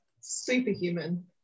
Superhuman